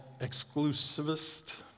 exclusivist